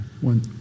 one